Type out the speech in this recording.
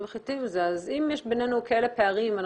אם יש בינינו כאלה פערים,